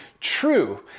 true